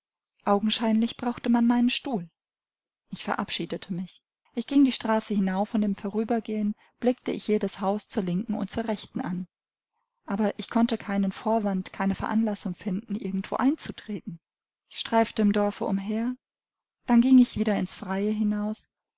augenscheinlich brauchte man meinen stuhl ich verabschiedete mich ich ging die straße hinauf und im vorübergehen blickte ich jedes haus zur linken und zur rechten an aber ich konnte keinen vorwand keine veranlassung finden irgendwo einzutreten ich streifte im dorfe umher dann ging ich wieder ins freie hinaus